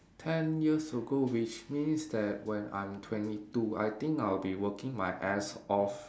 ten years ago which means that when I'm twenty two I think I'll be working my ass off